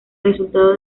resultado